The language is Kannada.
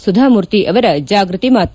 ಸುಧಾಮೂರ್ತಿ ಅವರ ಜಾಗ್ರತಿ ಮಾತು